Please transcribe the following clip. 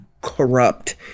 corrupt